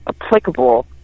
applicable